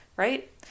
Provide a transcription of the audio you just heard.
Right